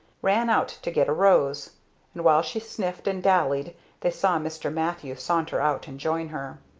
ran out to get a rose and while she sniffed and dallied they saw mr. mathew saunter out and join her.